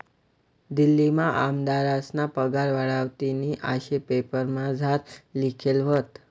दिल्लीमा आमदारस्ना पगार वाढावतीन आशे पेपरमझार लिखेल व्हतं